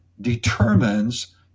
determines